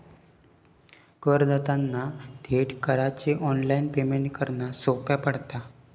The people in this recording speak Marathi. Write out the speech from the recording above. करदात्यांना थेट करांचे ऑनलाइन पेमेंट करना सोप्या पडता